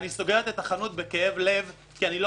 אני סוגרת את החנות בכאב לב כי אני לא